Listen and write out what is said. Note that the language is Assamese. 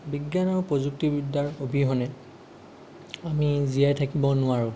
বিজ্ঞান আৰু প্ৰযুক্তিবিদ্যাৰ অবিহনে আমি জীয়াই থাকিব নোৱাৰোঁ